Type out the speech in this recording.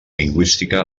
lingüística